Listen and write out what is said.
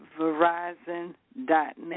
verizon.net